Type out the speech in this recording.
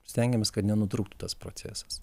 stengiamės kad nenutrūktų tas procesas